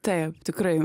taip tikrai